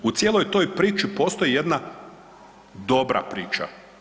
U cijeloj toj priči postoji jedna dobra priča.